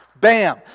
bam